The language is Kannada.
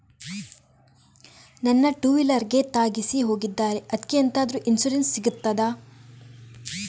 ನನ್ನ ಟೂವೀಲರ್ ಗೆ ತಾಗಿಸಿ ಹೋಗಿದ್ದಾರೆ ಅದ್ಕೆ ಎಂತಾದ್ರು ಇನ್ಸೂರೆನ್ಸ್ ಸಿಗ್ತದ?